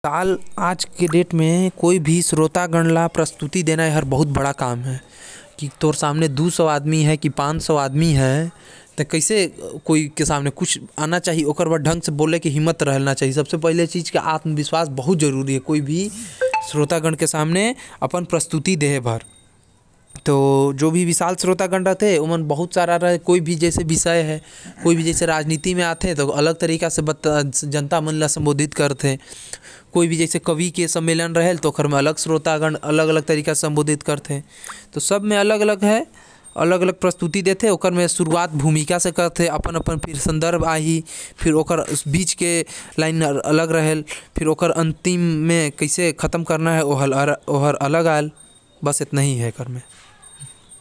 जोहो प्रस्तुति देहेत हवे, ओकर म पहिले तो आत्मविश्वास होना चाही, फिर ओ हर विशाल श्रोतागण मन ला संबोधित कर सकत हवे। पहिले तो भूमिका आथे, ओकर बाद पंक्ति आथे अउ ओकर बाद सांत्वना से खत्म करे जाथे।